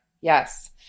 Yes